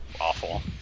awful